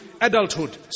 adulthood